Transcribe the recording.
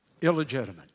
illegitimate